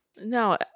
No